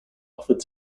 offered